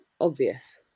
obvious